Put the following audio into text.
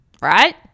Right